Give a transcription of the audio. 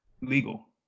legal